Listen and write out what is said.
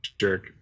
jerk